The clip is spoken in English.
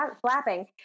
flapping